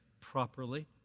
properly